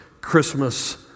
Christmas